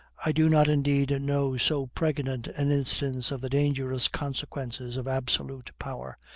i do not, indeed, know so pregnant an instance of the dangerous consequences of absolute power,